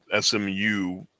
SMU